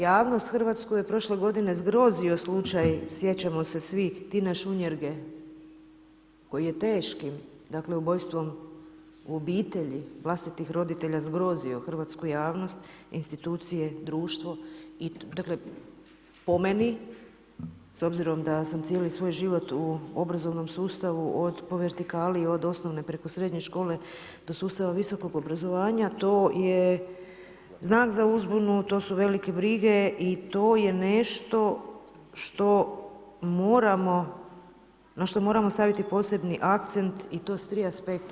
Javnost hrvatsku je prošle godine zgrozio slučaj, sjećamo se svi, Tina Šunjerge koji je teškim ubojstvom u obitelji vlastitih roditelja zgrozio hrvatsku javnost, institucije, društvo i dakle, po meni, s obzirom da sam cijeli svoj život u obrazovnom sustavu po vertikali, od osnovne preko srednje škole do sustava visokog obrazovanja, to je znak za uzbunu, to su velike brige i to je nešto na što moramo staviti posebni akcent i to s 3 aspekta.